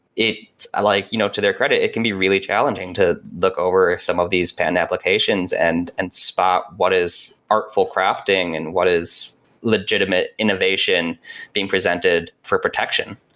like you know to their credit, it can be really challenging to look over some of these patent applications and and spot what is artful crafting and what is legitimate innovation being presented for protection.